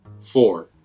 Four